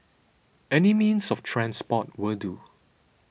any means of transport will do